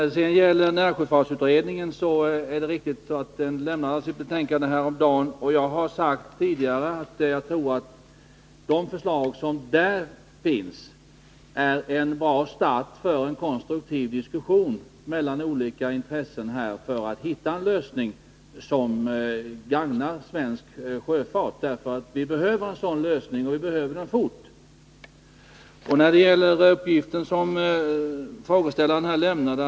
Det är riktigt att närsjöfartsutredningen lämnade sitt betänkande häromdagen, och jag har sagt tidigare att jag tror att de förslag som där finns är en bra start för en konstruktiv diskussion mellan olika intressen för att hitta en lösning som gagnar svensk sjöfart. Vi behöver en sådan lösning, och vi behöver den snabbt.